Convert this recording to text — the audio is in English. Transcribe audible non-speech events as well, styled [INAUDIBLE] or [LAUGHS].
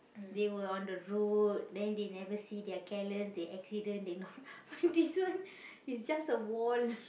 they were on the road then they never see they are careless they accident they not [LAUGHS] but this one it's just a wall